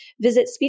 Visit